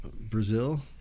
Brazil